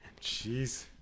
Jeez